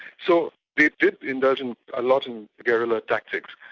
so they did indulge and a lot in kerala tactics,